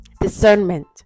discernment